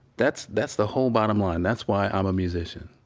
that's that's the whole bottom line. that's why i'm a musician,